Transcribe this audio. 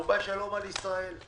ובא שלום על ישראל.